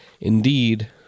indeed